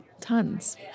tons